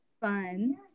Fun